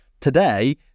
Today